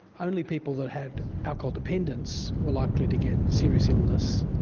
only people that had alcohol dependence were likely to get serious illness.